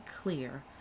clear